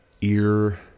ear